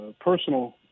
personal